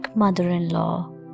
mother-in-law